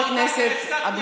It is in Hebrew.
זה לא ישנה את מהותו כעסקת נשק.